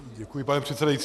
Děkuji, pane předsedající.